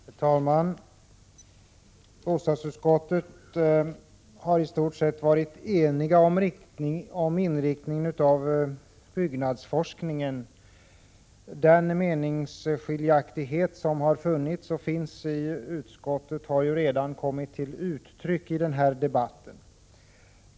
Herr talman! Bostadsutskottet har i stort sett varit enigt om inriktningen av byggnadsforskningen. Den meningsskiljaktighet som har funnits och finns i utskottet har redan kommit till uttryck i den här debatten.